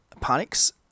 panics